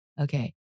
Okay